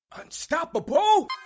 Unstoppable